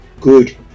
good